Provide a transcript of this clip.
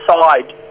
side